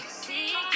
see